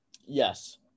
Yes